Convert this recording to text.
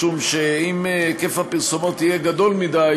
משום שאם היקף הפרסומות יהיה גדול מדי,